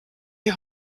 die